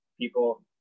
people